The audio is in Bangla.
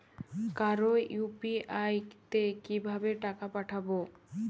কারো ইউ.পি.আই তে কিভাবে টাকা পাঠাবো?